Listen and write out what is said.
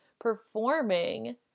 performing